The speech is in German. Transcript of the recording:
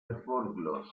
erfolglos